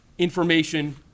information